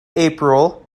april